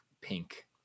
pink